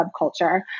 subculture